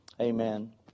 Amen